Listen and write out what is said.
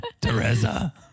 Teresa